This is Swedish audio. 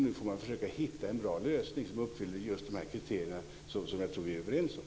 Nu får man försöka hitta en bra lösning som uppfyller just de här kriterierna, som jag tror att vi är överens om.